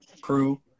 crew